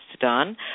done